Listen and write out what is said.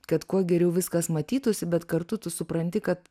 kad kuo geriau viskas matytųsi bet kartu tu supranti kad